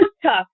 Tough